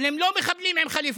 אבל הם לא מחבלים עם חליפות,